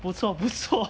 不错不错